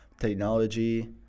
technology